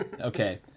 okay